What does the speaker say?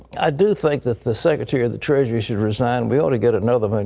i do think that the secretary of the treasury should resign. we ought to get another one.